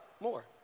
more